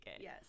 Yes